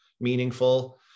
meaningful